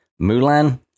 Mulan